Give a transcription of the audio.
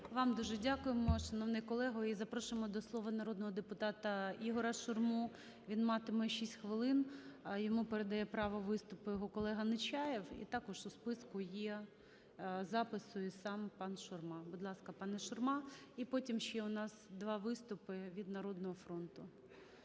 Вам дуже дякуємо, шановний колего. І запрошуємо до слова народного депутата Ігоря Шурму. Він матиме 6 хвилин. Йому передає право виступити його колега Нечаєв. І також у списку запису є і сам пан Шурма. Будь ласка, пане Шурма. І потім ще у нас два виступи від "Народного фронту",